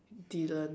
Dylan